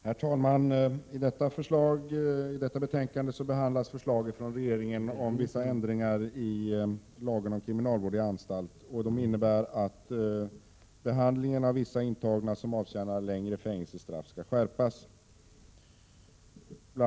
Herr talman! I detta betänkande behandlas förslaget från regeringen om vissa ändringar i lagen om kriminalvård i anstalt, som innebär att behandlingen av vissa intagna som avtjänar längre fängelsestraff skall skärpas. Bl.